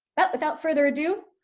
but without further ado,